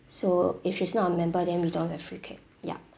so if she's not a member then we don't have free cake ya